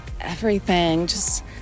everything—just